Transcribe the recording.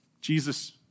Jesus